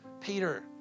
Peter